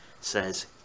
says